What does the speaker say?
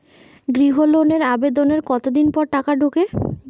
গৃহ লোনের আবেদনের কতদিন পর টাকা ঢোকে?